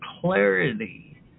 clarity